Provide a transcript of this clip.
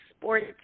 Sports